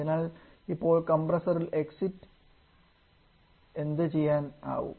അതിനാൽ ഇപ്പോൾ കംപ്രസ്സറിൽ എക്സിറ്റ് എന്ത് ചെയ്യാനാവും